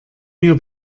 mir